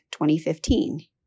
2015